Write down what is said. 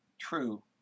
true